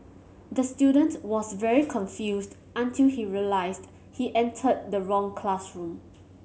the student was very confused until he realised he entered the wrong classroom